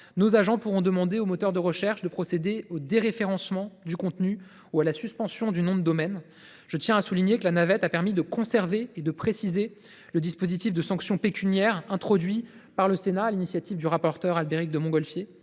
nos agents pourront demander aux moteurs de recherche de procéder au déréférencement du contenu ou à la suspension du nom de domaine. Je tiens à souligner que la navette parlementaire a permis de conserver et de préciser le dispositif de sanction pécuniaire introduit par le Sénat, sur l’initiative de M. le rapporteur Albéric de Montgolfier,